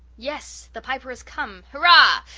yes. the piper has come. hurrah!